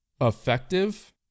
effective